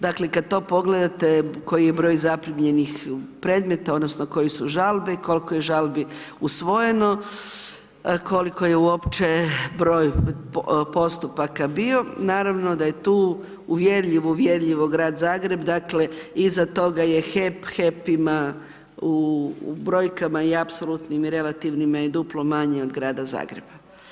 Dakle, kad to pogledate koji je broj zaprimljenih predmeta odnosno koje su žalbe, koliko je žalbi usvojeno, koliko je uopće broj postupaka bio, naravno da je tu uvjerljivo, uvjerljivo Grad Zagreb, dakle, iza toga je HEP, HEP ima u brojkama u apsolutnim i relativnim i duplo manje od Grada Zagreba.